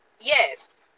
Yes